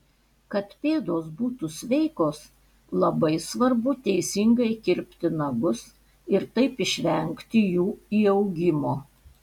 kad pėdos būtų sveikos labai svarbu teisingai kirpti nagus ir taip išvengti jų įaugimo